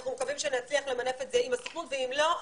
אנחנו מקווים שנצליח למנף את זה עם הסוכנות ואם לא,